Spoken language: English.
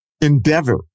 endeavor